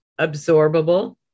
absorbable